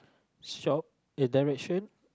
shop uh direction